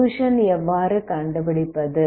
solution எவ்வாறு கண்டு பிடிப்பது